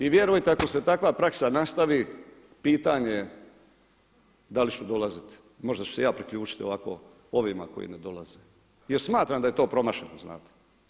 I vjerujte ako se takva praksa nastavi pitanje da li ću dolaziti, možda ću se i ja priključiti ovako ovima koji ne dolaze jer smatram da je to promašeno, znate.